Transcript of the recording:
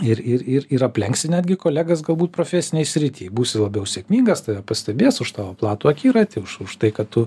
ir ir ir ir aplenksi netgi kolegas galbūt profesinėj srity būsi labiau sėkmingas tave pastebės už tavo platų akiratį už už tai kad tu